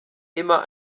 immer